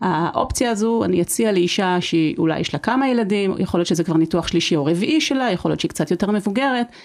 האופציה הזו אני אציע לאישה שהיא אולי יש לה כמה ילדים, יכול להיות שזה כבר ניתוח שלישי או רביעי שלה, יכול להיות שהיא קצת יותר מבוגרת.